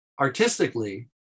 artistically